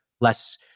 less